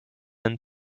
and